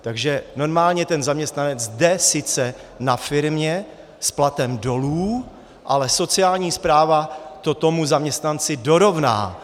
Takže normálně ten zaměstnanec jde sice na firmě s platem dolů, ale sociální správa to tomu zaměstnanci dorovná.